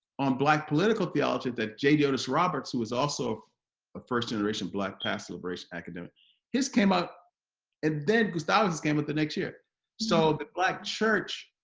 on black political theology that jay diotis roberts who is also a first generation black pastor liberation academic his came up and then gustavus came up the next year so the black church